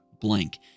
blank